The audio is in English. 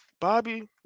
Bobby